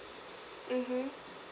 mmhmm